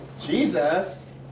Jesus